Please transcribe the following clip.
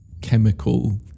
chemical